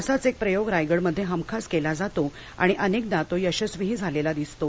असाच एक प्रयोग रायगडमध्ये हमखास केला जातो आणि अनेकदा तो यशस्वीही झालेला दिसतो